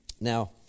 Now